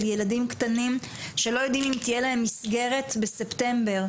של ילדים קטנים שלא יודעים אם תהיה להם מסגרת בספטמבר.